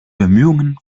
bemühungen